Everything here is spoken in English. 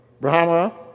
Brahma